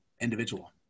individual